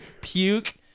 puke